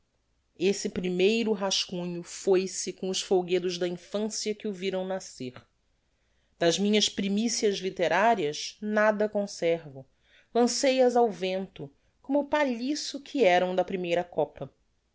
esse primeiro rascunho foi-se com os folguedos da infancia que o viram nascer das minhas primicias litterarias nada conservo lancei as ao vento como palhiço que eram da primeira copa